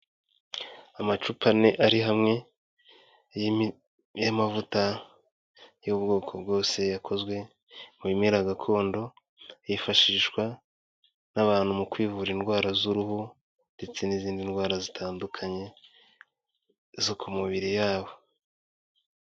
Amacupa ane ari hamwe y'amavuta y'ubwoko bwose akozwe mu bimera gakondo, yifashishwa n'abantu mu kwivura indwara z'uruhu ndetse n'izindi ndwara zitandukanye zo ku mibiri yabo.